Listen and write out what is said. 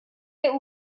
der